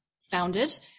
founded